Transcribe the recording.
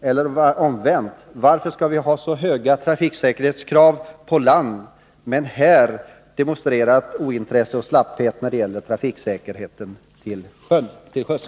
Eller omvänt: Varför skall vi ha så höga trafiksäkerhetskrav på land, men demonstrera ointresse och slapphet när det gäller trafiksäkerheten till sjöss?